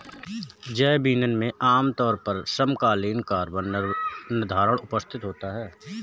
जैव ईंधन में आमतौर पर समकालीन कार्बन निर्धारण उपस्थित होता है